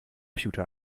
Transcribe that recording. computer